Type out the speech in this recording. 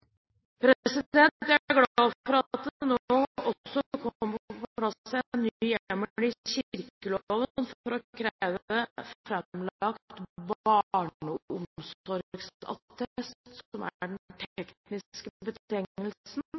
Jeg er glad for at det nå også kommer på plass en ny hjemmel i kirkeloven for å kreve framlagt barneomsorgsattest, som er den tekniske betegnelsen,